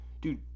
dude